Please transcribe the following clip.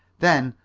then,